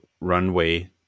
runway